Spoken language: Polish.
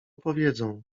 powiedzą